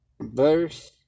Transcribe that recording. Verse